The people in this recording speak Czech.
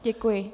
Děkuji.